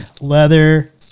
leather